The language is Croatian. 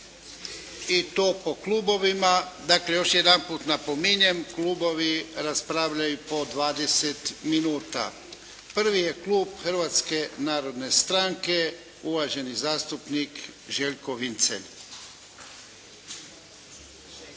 i to po klubovima. Dakle, još jedanput napominjem klubovi raspravljaju po 20 minuta. Prvi je klub Hrvatske narodne stranke, uvaženi zastupnik Željko Vincelj.